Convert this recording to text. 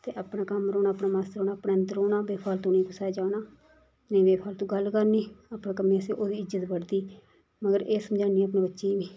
ते अपना कम्म रौह्ना अपना मस्त रौह्ना अपने अंदर रौह्ना बेफालतू नी कुसै जाना नेईं बेफालतू गल्ल करनी अपने कम्मै आस्सै ओह्दी इज्जत बड़दी मगर एह् समझानी अपने बच्चें गी में